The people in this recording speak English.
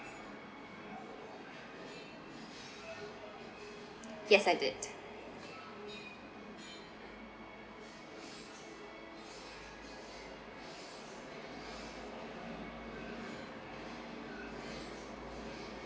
yes I did